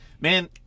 Man